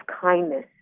kindness